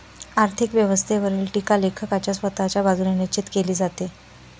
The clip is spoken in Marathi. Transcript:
आर्थिक व्यवस्थेवरील टीका लेखकाच्या स्वतःच्या बाजूने निश्चित केली जाते